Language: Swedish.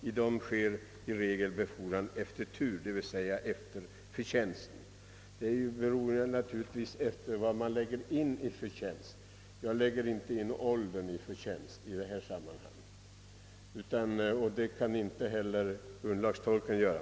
I dem sker i regel befordran efter tur, d.v.s. efter förtjänsten.» Bedömandet härvidlag beror naturligtvis på vad man lägger in i ordet förtjänst. Jag lägger inte in ålder i detta sammanhang och det kan inte heller grundlagstolkarna göra.